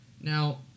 Now